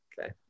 Okay